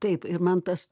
taip ir man tas